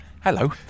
Hello